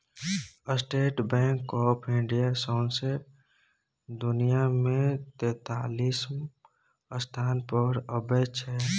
state bank of India सौंसे दुनियाँ मे तेतालीसम स्थान पर अबै छै